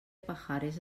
pajares